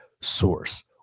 source